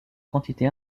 quantité